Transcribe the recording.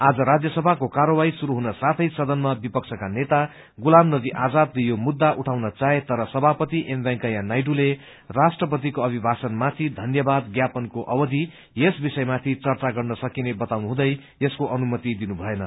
आज राज्यसभाको कार्यवाही शुरू हुन साथै सदनमा विपक्षका नेता उठाउन चाहे तर सभापति एम वेंकैया नायडूले राष्ट्रपतिको अभिभाषणमाथि धन्यावाद ज्ञापनको अवधि यस माथि चर्चा गर्न सकिने बताउनुहुँदै यसको अनुमति दिनुभएन